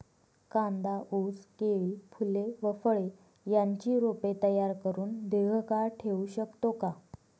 कांदा, ऊस, केळी, फूले व फळे यांची रोपे तयार करुन दिर्घकाळ ठेवू शकतो का?